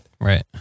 Right